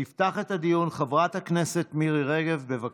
תפתח את הדיון חברת הכנסת מירי רגב, בבקשה.